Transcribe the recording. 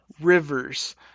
Rivers